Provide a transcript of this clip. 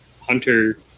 hunter